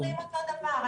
אנחנו אומרים אותו דבר.